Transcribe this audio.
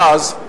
גז,